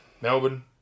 Melbourne